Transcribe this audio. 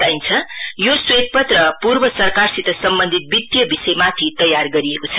बताइन्छ यो श्वेतपत्र पूर्व सरकारसित सम्बन्धित वितीय विषयमाथि तयार गरिएको छ